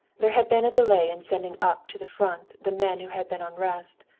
there had been a delay in sending up to the front the men who had been on rest,